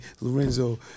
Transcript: Lorenzo